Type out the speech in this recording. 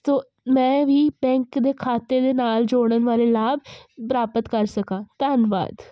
ਤੋ ਮੈਂ ਵੀ ਬੈਂਕ ਦੇ ਖਾਤੇ ਦੇ ਨਾਲ ਜੋੜਨ ਵਾਲੇ ਲਾਭ ਪ੍ਰਾਪਤ ਕਰ ਸਕਾਂ ਧੰਨਵਾਦ